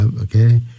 okay